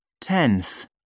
tenth